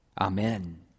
Amen